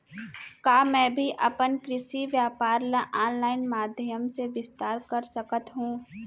का मैं भी अपन कृषि व्यापार ल ऑनलाइन माधयम से विस्तार कर सकत हो?